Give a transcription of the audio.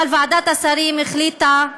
אבל ועדת השרים החליטה לסרב,